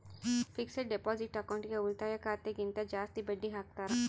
fixed deposit ಅಕೌಂಟ್ಗೆ ಉಳಿತಾಯ ಖಾತೆ ಗಿಂತ ಜಾಸ್ತಿ ಬಡ್ಡಿ ಹಾಕ್ತಾರ